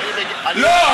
זה לא הרבנות.